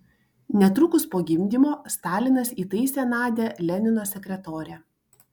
netrukus po gimdymo stalinas įtaisė nadią lenino sekretore